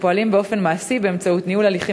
ופועלים באופן מעשי באמצעות ניהול הליכים